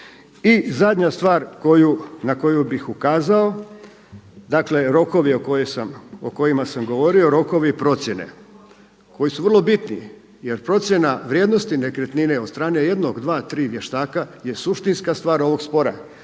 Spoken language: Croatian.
I zadnja stvar na koju bih ukazao, dakle rokovi o kojima sam govorio, rokovi i procjene koji su vrlo bitni jer procjena vrijednosti nekretnine od strane jednog, dva, tri vještaka je suštinska stvar ovog spora,